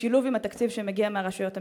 בשילוב עם התקציב שמגיע מהרשויות המקומיות.